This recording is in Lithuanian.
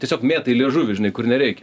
tiesiog mėtai liežuvį žinai kur nereikia